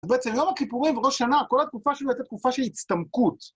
זה בעצם לא רק כיפורים וראש השנה, כל התקופה שלו הייתה תקופה של הצטמקות.